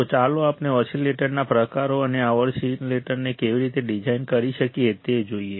તો ચાલો આપણે ઓસીલેટના પ્રકારો અને આ ઓસીલેટરને કેવી રીતે ડીઝાઈન કરી શકીએ તે જોઈએ